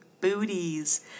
Booties